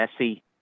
Messi